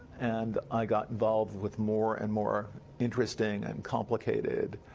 and i got involved with more and more interesting and complicated